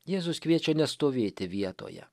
jėzus kviečia nestovėti vietoje